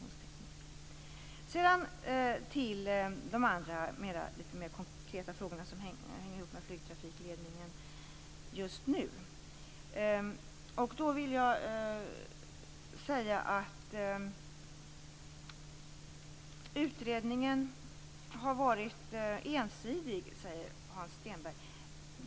Så över till de andra, litet mera konkreta, frågor som hänger ihop med flygtrafikledningen just nu. Hans Stenberg säger att utredningen har varit ensidig.